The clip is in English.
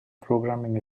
programming